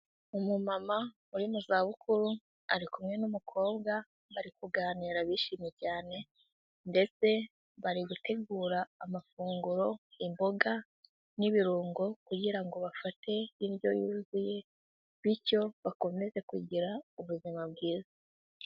Umumama uri mu zabukuru ari kumwe n'umukobwa, bari kuganira bishimye cyane ndetse bari gutegura amafunguro, imboga n'ibirungo kugira ngo bafate indyo yuzuye bityo bakomeze kugira ubuzima bwiza.